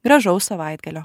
gražaus savaitgalio